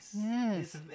Yes